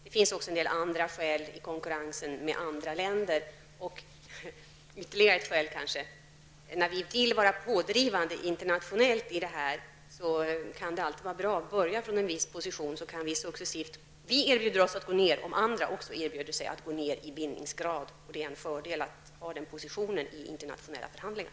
Det finns också en del andra skäl i konkurrensen med andra länder. Ytterligare ett skäl är kanske att det när vi vill vara internationellt pådrivande i dessa sammanhang kan vara bra att börja från en viss position, varifrån vi kan erbjuda oss att gå ner i bindningsgrad, om också andra erbjuder sig att göra det. Det är en fördel att ha den positionen i internationella förhandlingar.